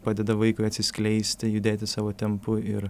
padeda vaikui atsiskleisti judėti savo tempu ir